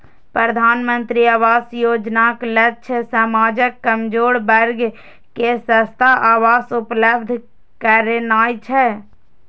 प्रधानमंत्री आवास योजनाक लक्ष्य समाजक कमजोर वर्ग कें सस्ता आवास उपलब्ध करेनाय छै